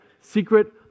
secret